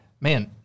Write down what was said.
man